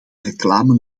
reclame